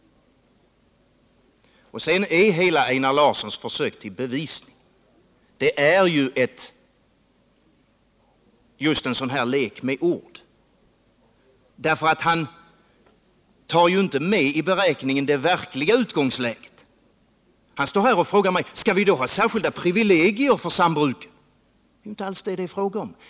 Sedan är hela Einar Larssons försök till bevisning just en sådan här lek med ord, för han tar ju inte med i beräkningen det verkliga utgångsläget. Han står här och frågar mig: Skall vi då ha särskilda privilegier för sambruk? Det är inte alls detta det är fråga om.